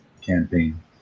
campaign